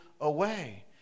away